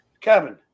Kevin